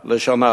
שקלים לשנה.